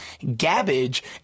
Gabbage